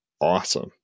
awesome